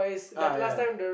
ah ya